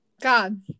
God